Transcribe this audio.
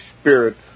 Spirit